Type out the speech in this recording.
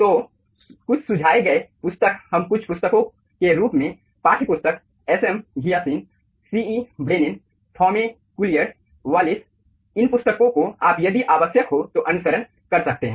तो कुछ सुझाए गए पुस्तक हम कुछ पुस्तकों के रूप में पाठ्य पुस्तक SM Ghiaasiaan CE Brennen Thome Collier Wallis इन पुस्तकों को आप यदि आवश्यक हो तो अनुसरण कर सकते हैं